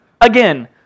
Again